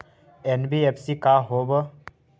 NBFC का होब?